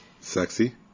Sexy